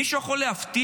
מישהו יכול להבטיח